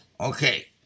Okay